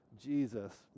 Jesus